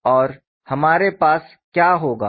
और हमारे पास क्या होगा